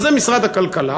אז זה משרד הכלכלה.